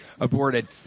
aborted